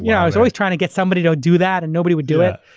yeah i was always trying to get somebody to do that and nobody would do it,